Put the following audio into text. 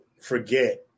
forget